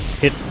Hit